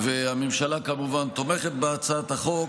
הממשלה כמובן תומכת בהצעת החוק,